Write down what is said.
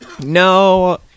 No